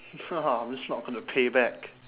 I'm just not gonna pay back